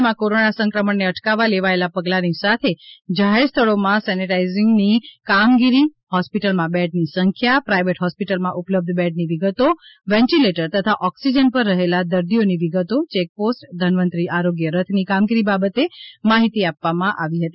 તેમાં કોરોના સંક્રમણને અટકાવવા લેવાયેલા પગલાંની સાથે જાહેર સ્થળોમાં સેનેટાઈઝેશનની કામગીરી હોસ્પિટલમાં બેડની સંખ્યા પ્રાઈવેટ હોસ્પિટલમાં ઉપલબ્ધ બેડની વિગતો વેન્ટિલેટર તથા ઓક્સિજન પર રહેલા દર્દીઓની વિગતો ચેક પોસ્ટ ધન્વંતરી આરોગ્ય રથની કામગીરી બાબતે માહિતી આપવામાં આવી હતી